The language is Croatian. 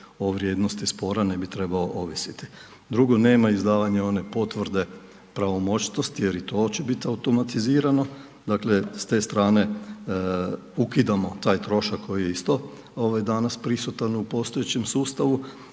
o vrijednost spora i ne bi trebao ovisiti. Drugo, nema izdavanja one potvrde pravomoćnosti jer i to će biti automatizirano, dakle s te strane ukidamo taj trošak koji je isto danas prisutan u postojećem sustavu